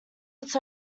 its